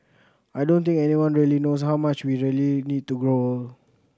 I don't think anyone really knows how much we really need to grow old